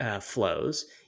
flows